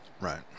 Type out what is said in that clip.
Right